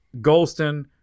Golston